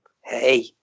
Hey